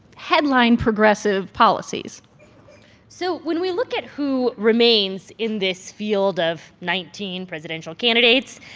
headline progressive policies so when we look at who remains in this field of nineteen presidential candidates,